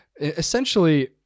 Essentially